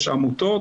יש עמותות,